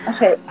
Okay